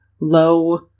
low